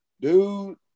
dude